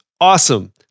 awesome